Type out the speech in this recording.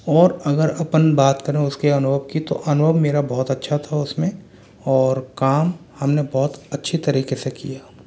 और अगर अपन बात करें उसके अनुभव की तो अनुभव मेरा बहुत अच्छा था उसमें और काम हमने बहुत अच्छी तरीके से किया